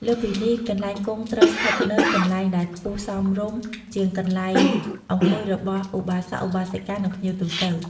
លើសពីនេះ កន្លែងគង់ត្រូវស្ថិតនៅកន្លែងដែលខ្ពស់សមរម្យជាងកន្លែងអង្គុយរបស់ឧបាសក-ឧបាសិកា និងភ្ញៀវទូទៅ។